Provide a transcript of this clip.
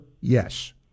Yes